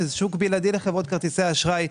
שזה שוק בלעדי לחברות כרטיסי האשראי,